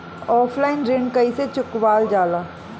Offline ऋण कइसे चुकवाल जाला?